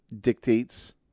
dictates